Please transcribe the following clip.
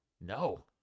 No